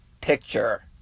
picture